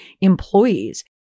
employees